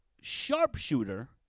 sharpshooter